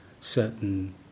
certain